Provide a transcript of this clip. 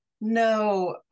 no